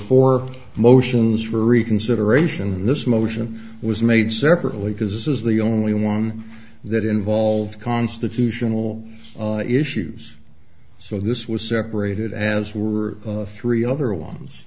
four motions for reconsideration in this motion was made separately because this is the only one that involved constitutional issues so this was separated as we were three other ones